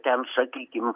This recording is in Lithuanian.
ten sakykim